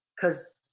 Cause